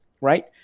right